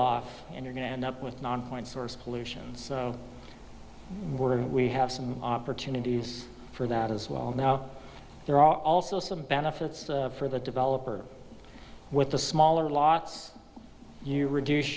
off and you're going to end up with nonpoint source pollution so we have some opportunities for that as well now there are also some benefits for the developer with the smaller lots you reduce